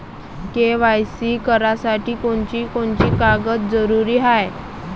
KYC करासाठी कोनची कोनची कागद जरुरी हाय?